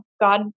God